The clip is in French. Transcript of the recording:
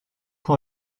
pour